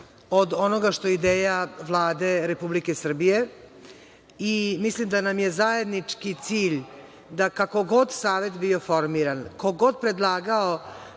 od onoga što je ideja Vlade Republike Srbije. Mislim da nam je zajednički cilj da kako god savet bio formiran, ko god predlagao